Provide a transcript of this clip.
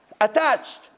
attached